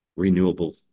renewable